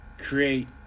create